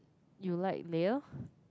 you like layer